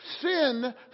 Sin